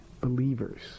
believers